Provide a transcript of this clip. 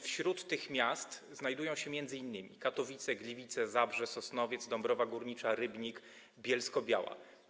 Wśród tych miast znajdują się m.in. Katowice, Gliwice, Zabrze, Sosnowiec, Dąbrowa Górnicza, Rybnik, Bielsko-Biała.